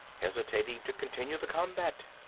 hesitating to continue the combat.